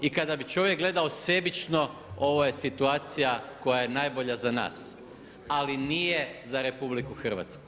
I kada bi čovjek gledao sebično ovo je situacija koja je najbolja za nas, ali nije za RH.